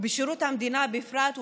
ובשירות המדינה בפרט,